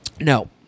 No